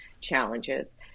challenges